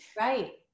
right